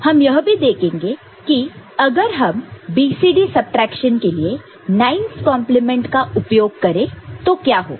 हम यह भी देखेंगे कि अगर हम BCD सबट्रैक्शन के लिए 9's कंप्लीमेंट का उपयोग करें तो क्या होगा